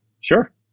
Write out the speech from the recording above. sure